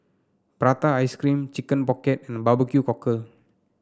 Prata Ice Cream Chicken Pocket and Barbecue Cockle